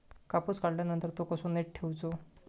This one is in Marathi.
कापूस काढल्यानंतर तो कसो नीट ठेवूचो?